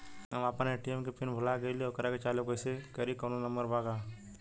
हम अपना ए.टी.एम के पिन भूला गईली ओकरा के चालू कइसे करी कौनो नंबर बा?